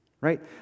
right